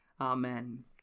Amen